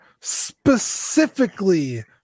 specifically